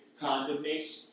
condemnation